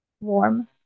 Warm